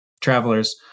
travelers